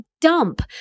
dump